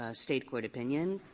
ah state court opinion